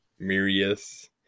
Mirius